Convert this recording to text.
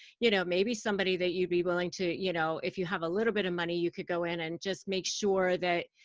you know maybe somebody that you'd be willing to, you know if you have a little bit of money, you could go in and just make sure that,